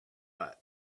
hat